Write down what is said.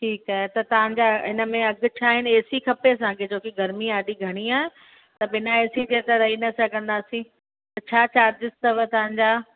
ठीकु आहे त तव्हांजा हिन में अघि छा आहिनि ए सी खपे असांखे छो की गर्मी ॾाढी घणी आहे त बिना ए सी जे त रही न सघंदासीं त छा चार्जिस अथव तव्हांजा